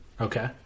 Okay